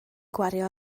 gwario